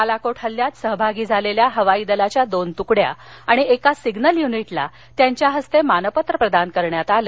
बालाकोट हल्ल्यात सहभागी झालेल्या हवाई दलाच्या दोन तुकड्या आणि एका सिग्नल युनिटला त्यांच्या हस्ते मानपत्र प्रदान करण्यात आलं